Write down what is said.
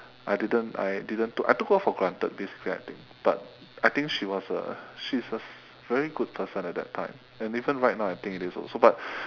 I didn't I didn't took I took her for granted basically I think but I think she was a she's a very good person at that time and even right now I think it is also so but